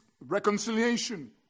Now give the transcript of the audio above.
reconciliation